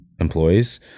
employees